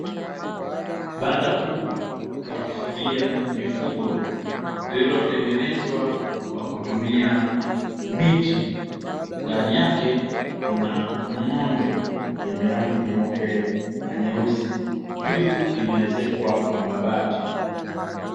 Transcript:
Banda kubwa la kufugia mifugo lililotengenezwa kwa kutumia miti, ndani yake kuna ng'ombe wenye rangi nyeupe na nyeusi, juu limewezekwa kwa mabati.